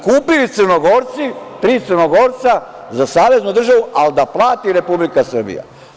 Kupili Crnogorci, tri Crnogorca za saveznu državu, ali da plati Republika Srbija.